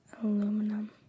Aluminum